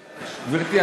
גברתי,